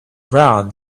run